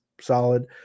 solid